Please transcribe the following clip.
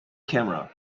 camera